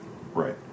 Right